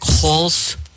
calls